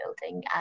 building